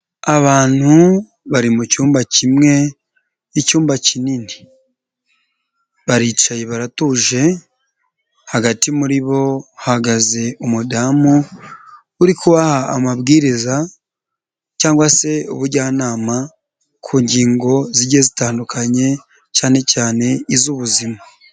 Abantu bari mucyumba kimwe icyumba kinini baricaye baratuje hagati muri bo hahagaze umudamu uri kubaha amabwiriza cyangwa se ubujyanama ku ngingo zigiye zitandukanye cyane cyane iz'ubuzima.